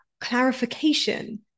clarification